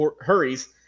hurries